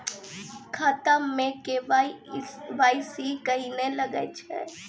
खाता मे के.वाई.सी कहिने लगय छै?